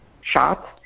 shots